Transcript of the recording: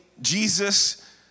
Jesus